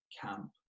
camp